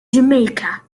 jamaica